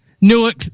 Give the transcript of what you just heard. Newark